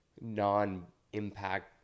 non-impact